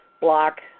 block